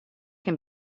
can